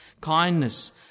kindness